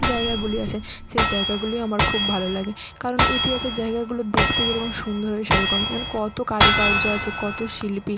জায়গাগুলি আছে সেই জায়গাগুলিও আমার খুব ভালো লাগে কারণ ইতিহাসের জায়গাগুলো দেখতে যেরকম সুন্দর হয় সেরকমই যেমন কত কারুকার্য আছে কত শিল্পী